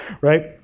right